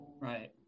Right